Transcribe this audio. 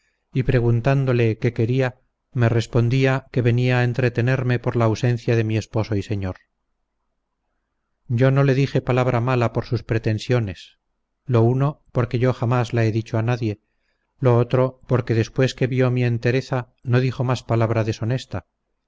y preguntándole qué quería me respondía que venía a entretenerme por la ausencia de mi esposo y señor yo no le dije palabra mala por sus pretensiones lo uno porque yo jamás la he dicho a nadie lo otro porque después que vio mi entereza no dijo más palabra deshonesta